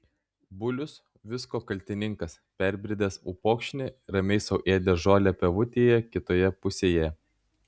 bulius visko kaltininkas perbridęs upokšnį ramiai sau ėdė žolę pievutėje kitoje pusėje